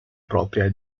propria